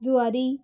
Zuari